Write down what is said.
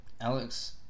Alex